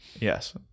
Yes